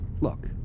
Look